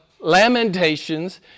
lamentations